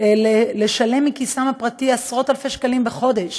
לשלם מכיסן הפרטי עשרות אלפי שקלים בחודש